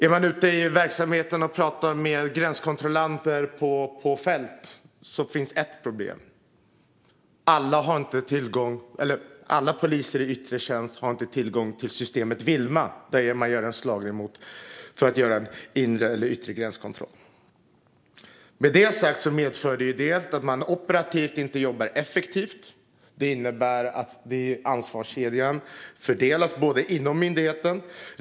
Är man ute i verksamheten och pratar med gränskontrollanter på fältet hör man att det finns ett problem. Alla poliser i yttre tjänst har inte tillgång till systemet Wilma, där man gör en slagning vid en inre eller yttre gränskontroll. Detta medför bland annat att man inte jobbar effektivt operativt. Det innebär att ansvarskedjan fördelas inom myndigheten.